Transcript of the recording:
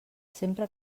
sempre